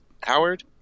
Howard